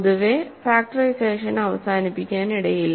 പൊതുവേ ഫാക്ടറൈസേഷൻ അവസാനിപ്പിക്കാനിടയില്ല